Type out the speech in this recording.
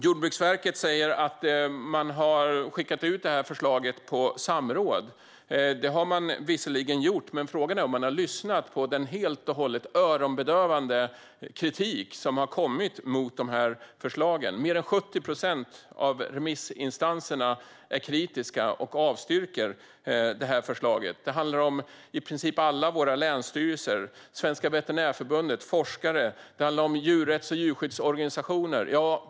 Jordbruksverket säger att förslaget har skickats ut på samråd. Det har visserligen gjorts, men frågan är om man har lyssnat på den helt och hållet öronbedövande kritik som har kommit mot förslagen. Mer än 70 procent av remissinstanserna är kritiska och avstyrker detta förslag. Det handlar om i princip alla länsstyrelser, Sveriges Veterinärförbund, forskare och djurrätts och djurskyddsorganisationer.